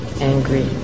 angry